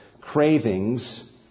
cravings